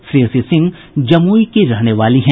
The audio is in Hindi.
श्रेयसी सिंह जमुई की रहने वाली हैं